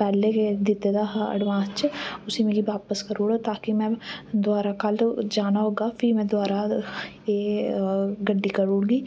पैह्लें गै दित्ते दा हा अडवांस च उस्सी मिगी बापस करी ओड़ो ताकि में दवारा कल जाना होग्गा फ्ही में दवारा एह् गड्डी करी ओड़गी